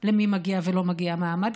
למי מגיע ולמי לא מגיע מעמד,